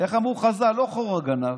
איך אמרו חז"ל, לא עכברא גנב,